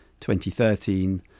2013